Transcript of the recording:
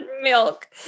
Milk